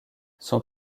son